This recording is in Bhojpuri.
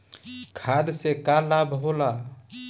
खाद्य से का लाभ होला?